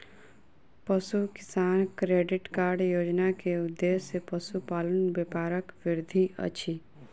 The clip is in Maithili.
पशु किसान क्रेडिट कार्ड योजना के उद्देश्य पशुपालन व्यापारक वृद्धि अछि